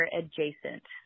adjacent